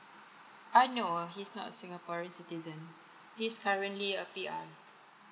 ah no he's not singaporean citizen his currently a P_R